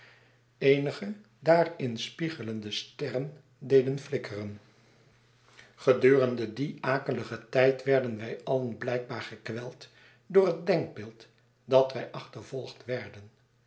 eenige daarin spiegelende sterren deden flikkeren gedurende dien akeligen tijd werden wij alien blijkbaar gekweld door het denkbeeld dat wij achtervolgd werden